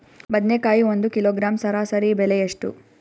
ಬದನೆಕಾಯಿ ಒಂದು ಕಿಲೋಗ್ರಾಂ ಸರಾಸರಿ ಬೆಲೆ ಎಷ್ಟು?